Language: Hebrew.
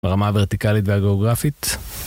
ברמה הוורטיקלית והגיאוגרפית